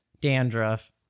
dandruff